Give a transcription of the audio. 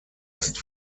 ist